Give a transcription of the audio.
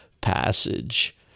passage